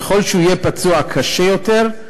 ככל שהוא יהיה פצוע קשה יותר,